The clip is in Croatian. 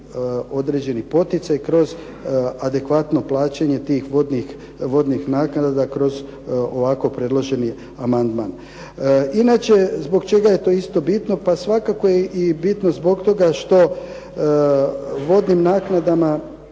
određeni poticaj kroz adekvatno plaćanje tih vodnih naknada kroz ovako predloženi amandman. Inače, zbog čega je to isto bitno. Pa svakako je i bitno zbog toga što vodnim naknadama